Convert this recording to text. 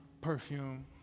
perfume